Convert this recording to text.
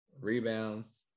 rebounds